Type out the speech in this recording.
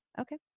Okay